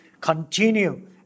continue